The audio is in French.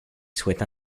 souhaite